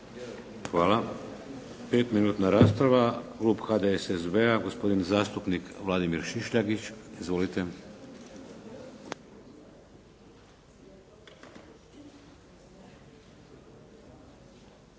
Hvala. 5-minutna rasprava, klub HDSSB-a, gospodin zastupnik Vladimir Šišljagić. Izvolite.